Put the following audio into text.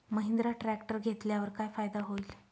Mahindra tractor घेतल्यावर काय फायदा होईल?